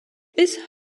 this